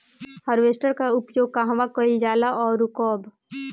Harvester का उपयोग कहवा कइल जाला और कब?